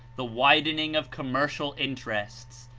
the widening of commercial interests,